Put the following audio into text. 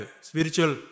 spiritual